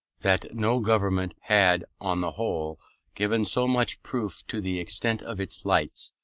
that no government had on the whole given so much proof, to the extent of its lights,